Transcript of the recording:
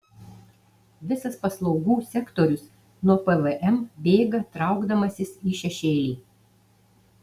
visas paslaugų sektorius nuo pvm bėga traukdamasis į šešėlį